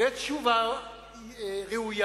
לתת תשובה ראויה,